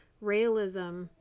Realism